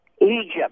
Egypt